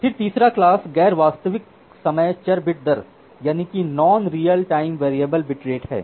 फिर तीसरा क्लास गैर वास्तविक समय चर बिट दर है